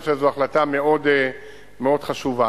אני חושב שזו החלטה מאוד מאוד חשובה.